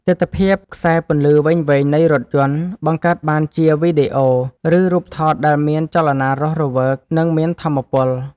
ទិដ្ឋភាពខ្សែពន្លឺវែងៗនៃរថយន្ត បង្កើតបានជាវីដេអូឬរូបថតដែលមានចលនារស់រវើក និងមានថាមពល។